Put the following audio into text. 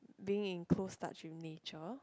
being in close touch with nature